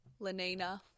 Lenina